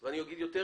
אני חייב להודות